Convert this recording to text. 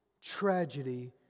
tragedy